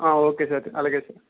ఆ okay sir అలాగే sir